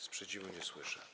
Sprzeciwu nie słyszę.